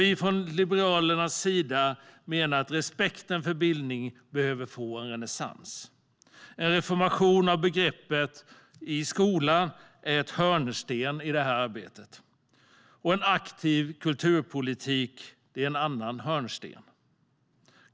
Vi från Liberalerna menar att respekten för bildning behöver få en renässans. En reformation av det begreppet i skolan är en hörnsten i detta arbete, en aktiv kulturpolitik är en annan hörnsten.